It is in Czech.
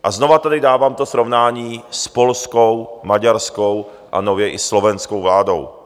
A znovu tady dávám to srovnání s polskou, maďarskou a nově i slovenskou vládou.